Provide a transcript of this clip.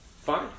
Fine